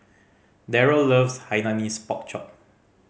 Deryl loves Hainanese Pork Chop